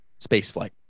spaceflight